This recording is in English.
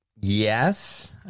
yes